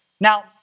Now